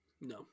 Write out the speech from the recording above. No